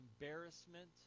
embarrassment